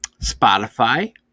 Spotify